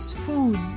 food